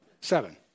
Seven